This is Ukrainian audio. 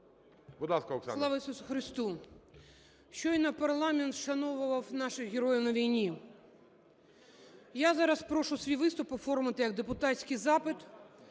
Слава Ісусу Христу! Щойно парламент вшановував наших героїв на війні. Я зараз прошу свій виступ оформити як депутатський запит